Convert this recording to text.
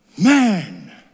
Man